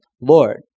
Lord